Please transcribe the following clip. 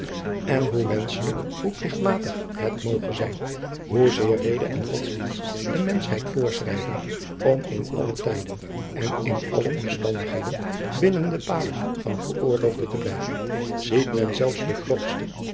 n hoe wenschelijk hoe pligtmatig het moge zijn hoezeer rede en odsdienst den mensch voorschrijven om in alle tijden en in alle omstandigheden binnen de palen van het geoorloofde te blijven ziet men zelfs de grootste